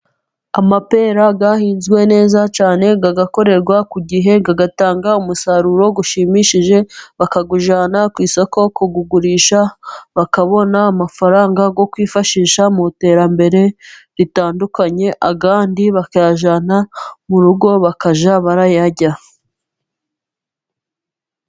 Amapera ahinzwe neza cyane, agakorerwa ku gihe, atanga umusaruro ushimishije bakawujyana ku isoko kuwigurisha, bakabona amafaranga yo kwifashisha mu iterambere ritandukanye, andi bakayajyana mu rugo bakajya barayarya.